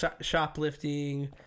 shoplifting